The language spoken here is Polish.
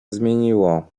zmieniło